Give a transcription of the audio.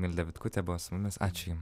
milda vitkutė buvo su mumis ačiū jum